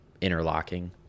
interlocking